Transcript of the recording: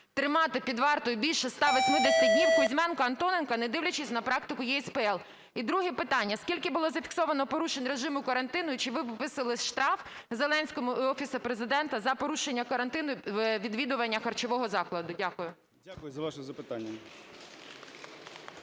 тримати під вартою більше 180 днів Кузьменко, Антоненка, не дивлячись на практику ЄСПЛ? І друге питання. Скільки було зафіксовано порушень режиму карантину? І чи виписали штраф Зеленському і Офісу Президента за порушення карантину при відвідуванні харчового закладу? Дякую. 10:39:03 АВАКОВ А.Б. Дякую за ваше запитання.